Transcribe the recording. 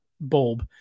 bulb